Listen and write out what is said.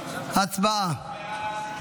נקיים שתי הצבעות נפרדות על החלטות הממשלה.